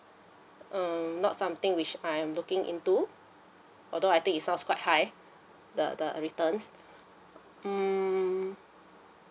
um not something which I am looking into although I think it sounds quite high the the returns mm